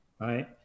right